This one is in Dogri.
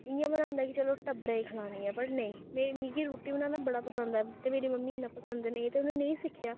इ'यां बनांदा ऐ कि चलो टब्बरै गी खलानी ऐ पर नेईं मेरी मिगी रुट्टी बनाना बड़ा पंसद ऐ ते मेरी मम्मी गी इन्ना पंसद नेईं ते उ'नें नेईं सिक्खेआ